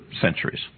centuries